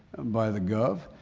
by the gov,